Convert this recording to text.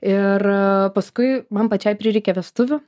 ir paskui man pačiai prireikė vestuvių